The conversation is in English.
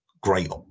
great